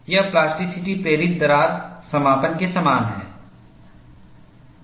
यह प्लास्टिसिटी प्रेरित दरार समापन के समान है